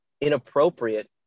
inappropriate